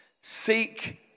Seek